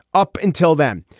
up until then.